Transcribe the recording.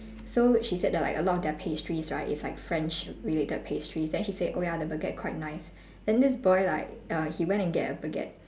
so she said like a lot of their pastries right is like french related pastries then she said oh ya the baguette quite nice then this boy like err he went and get a baguette